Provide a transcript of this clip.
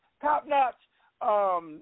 top-notch